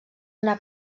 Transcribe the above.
una